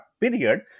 period